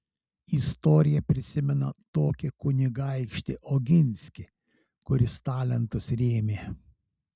istorija prisimena tokį kunigaikštį oginskį kuris talentus rėmė